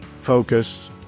focus